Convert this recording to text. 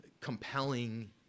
compelling